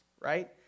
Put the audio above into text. right